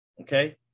Okay